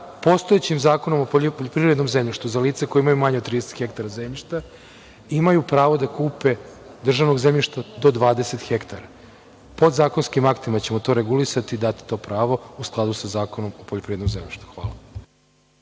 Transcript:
postojećim Zakonom o poljoprivrednom zemljištu za lica koja imaju manje od 30 hektara zemljišta, imaju pravo da kupe državnog zemljišta do 20 hektara. Podzakonskim aktima ćemo to regulisati i dati to pravo u skladu sa Zakonom o poljoprivrednom zemljištu. Hvala.